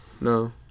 no